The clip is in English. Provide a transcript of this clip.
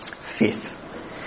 Fifth